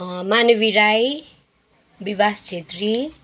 मानवी राई विभास छेत्री